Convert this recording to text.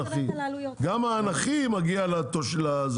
גם האנכי מגיע ל...